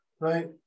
Right